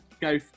go